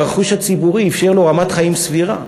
הרכוש הציבורי אפשר לו רמת חיים סבירה.